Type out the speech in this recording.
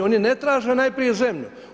Oni ne traže najprije zemlju.